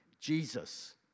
Jesus